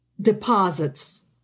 deposits